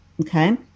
okay